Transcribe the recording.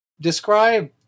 describe